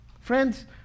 Friends